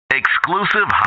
exclusive